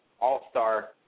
all-star